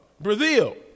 Brazil